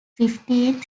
fifteenth